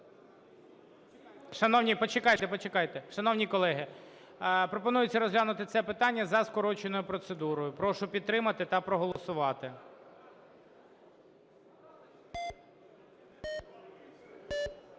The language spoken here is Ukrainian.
Шановні колеги, пропонується розглянути це питання за скороченою процедурою. Прошу підтримати та проголосувати.